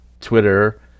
Twitter